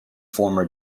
former